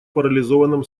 парализованном